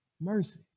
mercy